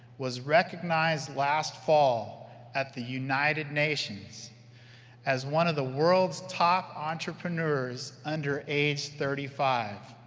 was recognized last fall at the united nations as one of the world's top entrepreneurs under age thirty five.